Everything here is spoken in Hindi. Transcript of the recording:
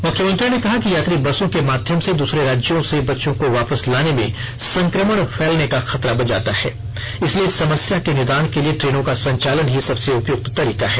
मुख्यमंत्री ने कहा कि यात्री बसों के माध्यम से दूसरे राज्यों से बच्चों को वापस लाने में संकमण फैलने का खतरा बन जाता है इसलिए इस समस्या के निदान के लिए ट्रेनों का संचालन ही सबसे उपयुक्त तरीका है